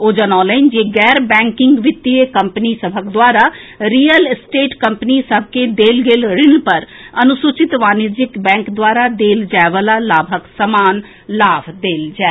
ओ जनौलनि जे गैर बैंकिंग वित्तीय कम्पनी सभक द्वारा रियल एस्टेट कम्पनी सभ के देल गेल ऋण पर अनुसूचित वाणिज्यिक बैंक द्वारा देल जाए वला लाभक समान लाभ देल जाए